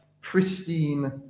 pristine